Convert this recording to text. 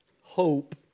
hope